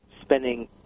spending